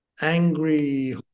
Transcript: angry